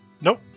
nope